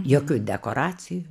jokių dekoracijų